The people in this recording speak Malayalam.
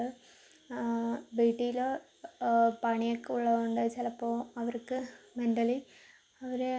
ആചാരങ്ങളായിട്ടും അപ്പം പണ്ട് തൊട്ടിങ്ങനെ കൊണ്ട് നടക്കുന്ന കുറെ കാര്യങ്ങളായിരിക്കും ഈ പറഞ്ഞ കാര്യങ്ങളെല്ലാം